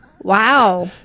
Wow